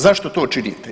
Zašto to činite?